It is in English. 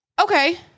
Okay